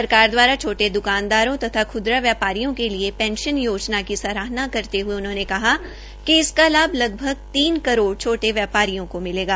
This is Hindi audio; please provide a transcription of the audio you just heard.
सरकार द्वारा छोटे द्कानदारों तथा ख्दरा व्यापारियों के लिये पेंशन योजना की सराहना करते हये कहा कि इसका लाभ लगभग तीन करोड़ छोटे व्यापारियों को मिलेगा